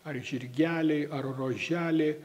ar žirgeliai ar roželė